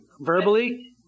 Verbally